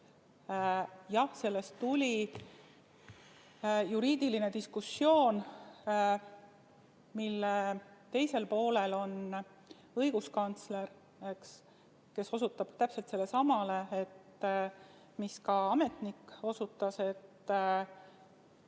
Jah, sellest tuli juriidiline diskussioon, milles teisel poolel on õiguskantsler, kes osutab täpselt sellelesamale, millele ka ametnik osutas, et